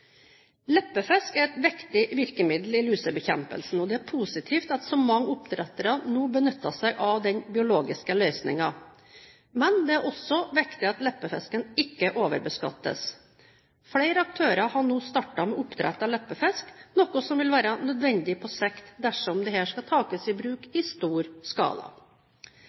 Leppefisk er et viktig virkemiddel i lusebekjempelsen, og det er positivt at så mange oppdrettere nå benytter seg av den biologiske løsningen. Men det er også viktig at leppefisken ikke overbeskattes. Flere aktører har nå startet med oppdrett av leppefisk, noe som vil være nødvendig på sikt dersom dette skal tas i bruk i stor skala.